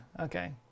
okay